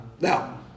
Now